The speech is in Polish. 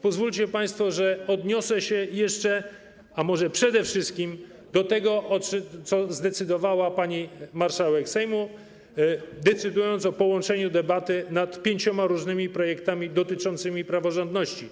Pozwólcie państwo, że odniosę się może przede wszystkim do tego, o czym zdecydowała pani marszałek Sejmu, mówiąc o połączeniu debaty nad pięcioma różnymi projektami dotyczącymi praworządności.